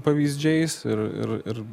pavyzdžiais ir